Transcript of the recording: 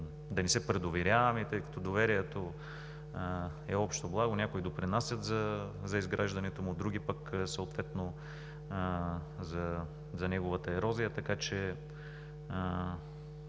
да не се предоверяваме, тъй като доверието е общо благо – някои допринасят за изграждането му, други пък съответно за неговата ерозия. Може